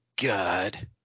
God